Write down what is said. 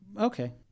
okay